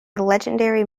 legendary